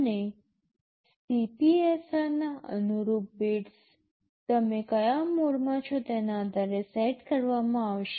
અને CPSR ના અનુરૂપ બિટ્સ તમે કયા મોડમાં છો તેના આધારે સેટ કરવામાં આવશે